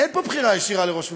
אין פה בחירה ישירה של ראש ממשלה.